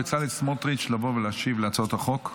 בצלאל סמוטריץ' לבוא ולהשיב להצעות החוק.